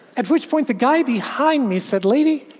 at which point the guy behind me said, lady,